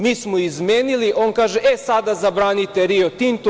Mi smo izmenili, a on kaže – e, sada zabranite „Rio Tinto“